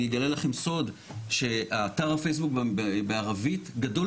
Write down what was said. אני אגלה לכם סוד שאתר הפייסבוק בערבית גדול